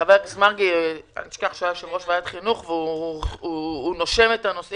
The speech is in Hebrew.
חבר הכנסת מרגי היה יושב-ראש ועדת חינוך והוא נושם את הנושא